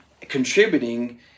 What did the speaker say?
contributing